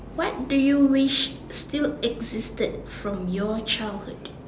what do you wish still existed from your childhood